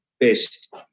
best